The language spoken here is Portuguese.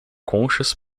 conchas